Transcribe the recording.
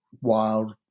wild